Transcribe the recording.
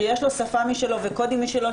שיש לו שפה משלו וקודים משלו,